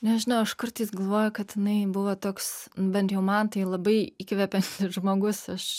nežinau aš kartais galvoju kad jinai buvo toks bent jau man tai labai įkvepiantis žmogus aš